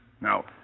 Now